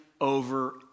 over